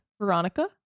veronica